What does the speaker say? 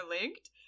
linked